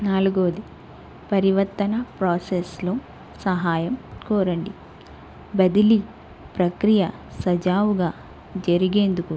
నాలుగోది పరివర్తన ప్రాసెస్లో సహాయం కోరండి బదిలి ప్రక్రియ సజావుగా జరిగేందుకు